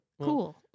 cool